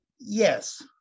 Yes